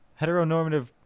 heteronormative